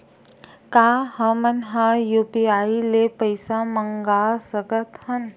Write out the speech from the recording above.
का हमन ह यू.पी.आई ले पईसा मंगा सकत हन?